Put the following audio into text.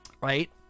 Right